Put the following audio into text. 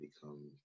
become